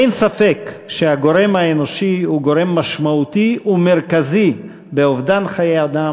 אין ספק שהגורם האנושי הוא גורם משמעותי ומרכזי באובדן חיי אדם,